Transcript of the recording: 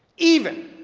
even